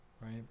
right